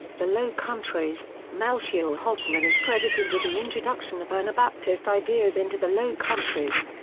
the low countries melchior hoffman is credited with the introduction of anabaptist ideas into the low countries.